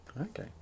Okay